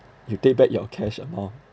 you take back your cash amount